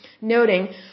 noting